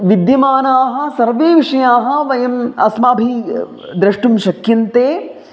विद्यमानाः सर्वे विषयाः वयम् अस्माभिः द्रष्टुं शक्यन्ते